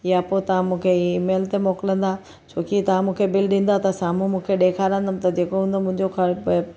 या पोइ तव्हां मूंखे ईमेल ते मोकिलींदा छोकी तव्हां मूंखे बिल ॾींदा त साम्हूं मूंखे ॾेखारींदमि त जेको हूंदो मुंहिंजो ख़र्चु